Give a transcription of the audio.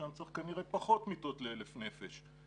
שם צריך כנראה פחות מיטות לאלף נפש.